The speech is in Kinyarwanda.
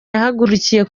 yahagurukiye